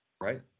Right